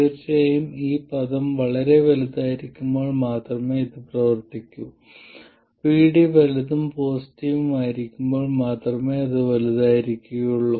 തീർച്ചയായും ഈ പദം വളരെ വലുതായിരിക്കുമ്പോൾ മാത്രമേ ഇത് പ്രവർത്തിക്കൂ VD വലുതും പോസിറ്റീവും ആയിരിക്കുമ്പോൾ മാത്രമേ അത് വളരെ വലുതായിരിക്കുകയൊള്ളു